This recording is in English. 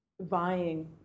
vying